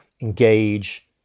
engage